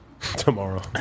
tomorrow